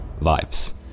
vibes